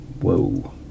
Whoa